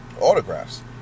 autographs